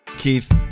keith